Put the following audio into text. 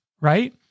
right